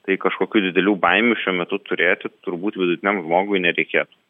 tai kažkokių didelių baimių šiuo metu turėti turbūt vidutiniam žmogui nereikėtų